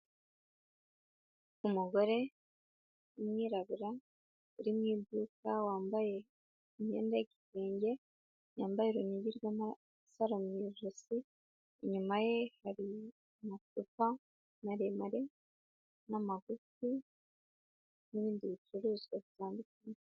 Umugore w'umwirabura uri mu iduka wambaye imyenda y'ikirenge, yambaye urunigi rw'amasaro mu ijosi, inyuma ye hari amacupa maremare n'amagufi n'ibindi bicuruzwa bitandukanye.